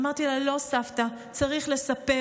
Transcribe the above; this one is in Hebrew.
אמרתי לה: לא, סבתא, צריך לספר.